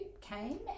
came